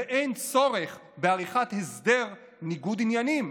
ואין צורך בעריכת הסדר ניגוד עניינים.